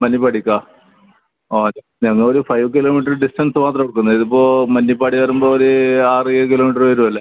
മന്നിപ്പാടിക്കാ ആ ഞങ്ങളൊരു five kilometre distance മാത്രമാണ് കൊടുക്കുന്നത് ഇതിപ്പോൾ മന്നിപ്പാടി വരുമ്പോൾ ഒര് ആറ് ഏഴ് കിലോമീറ്ററ് വരും അല്ലേ